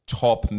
top